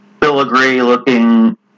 filigree-looking